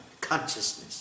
consciousness